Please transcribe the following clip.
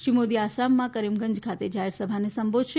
શ્રી મોદી આસામમાં કરીમગંજ ખાતે જાહેર સભાને સંબોધશે